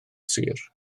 sir